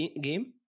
game